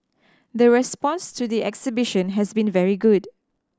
the response to the exhibition has been very good